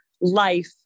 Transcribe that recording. life